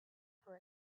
for